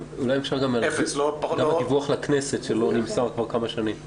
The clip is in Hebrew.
אולי אפשר גם על הדיווח לכנסת שלא נמסר כבר כמה שנים.